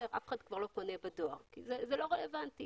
אף אחד לא פונה בדואר כי זה לא רלוונטי